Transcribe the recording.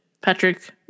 Patrick